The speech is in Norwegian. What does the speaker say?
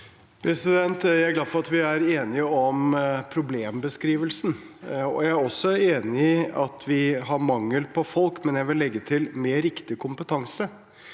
Jeg er glad for at vi er enige om problembeskrivelsen, og jeg er også enig i at vi har mangel på folk, men jeg vil legge til «med riktig kompetanse».